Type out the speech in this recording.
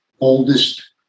oldest